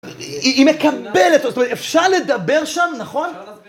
היא מקבלת אותי, זאת אומרת אפשר לדבר שם, נכון?